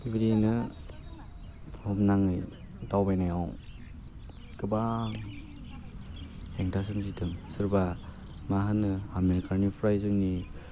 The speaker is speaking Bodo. थिग बिदियैनो बुहुमनाङै दावबायनायाव गोबां हेंथा सोमजिदों सोरबा मा होनो आमेरिकानिफ्राय जोंनि